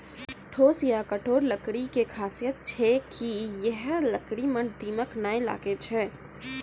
ठोस या कठोर लकड़ी के खासियत छै कि है लकड़ी मॅ दीमक नाय लागैय छै